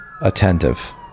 attentive